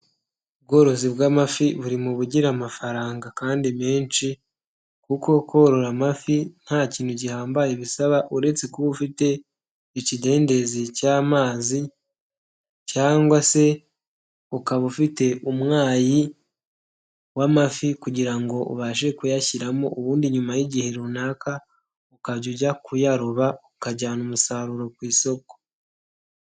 Ubworozi bw'amafi buri mu ugira amafaranga kandi menshi, kuko korora amafi nta kintu gihambaye bisaba uretse kuba ufite ikidendezi cy'amazi, cyangwa se ukaba ufite umwayi w'amafi kugira ngo ubashe kuyashyiramo, ubundi nyuma y'igihe runaka ukajya ujya kuyaroba ukajyana umusaruro ku isoko.